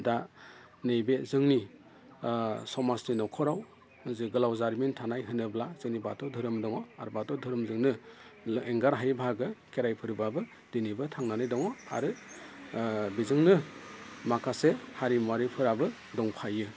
दा नैबे जोंनि समाजनि न'खराव जि गोलाव जारिमिन थानाय होनोब्ला जोंनि बाथौ धोरोम दङ आरो बाथौ धोरोमजोंनो एंगारहायै बाहागो खेराइ फोरबोआबो दिनैबो थांनानै दङ आरो बिजोंनो माखासे हारिमु आरिफोराबो दंफायो